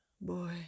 Boy